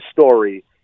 story